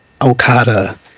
okada